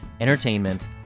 entertainment